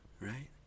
right